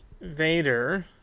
Vader